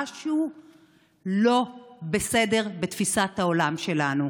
משהו לא בסדר בתפיסת העולם שלנו.